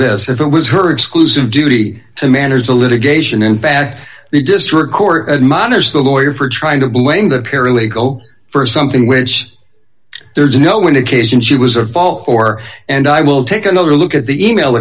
this if it was her exclusive duty to manage the litigation in fact the district court had monitors the lawyer for trying to blame the paralegal for something which there's no indication she was a fall for and i will take another look at the e mail